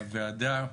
את הוועדה.